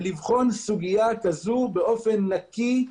ולבחון סוגיה כזו באופן נקי,